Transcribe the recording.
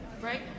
Right